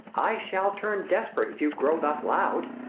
i shall turn desperate, if you grow thus loud.